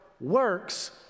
works